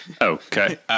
Okay